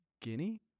Guinea